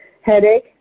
Headache